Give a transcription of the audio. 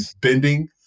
bending